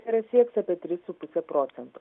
ir sieks apie tris su puse procento